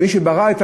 מי שברא את מה?